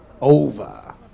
over